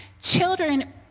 Children